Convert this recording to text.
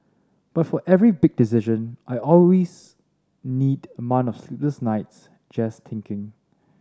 but for every big decision I always need month of sleepless nights just thinking